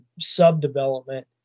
sub-development